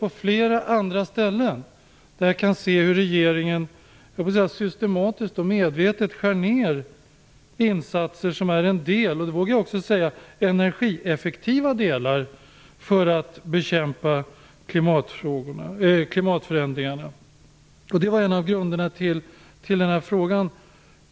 Det finns flera andra ställen där jag kan se att regeringen systematiskt och medvetet skär ner insatser som är energieffektiva åtgärder för att bekämpa klimatförändringarna. Det var en av grunderna till min fråga.